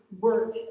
work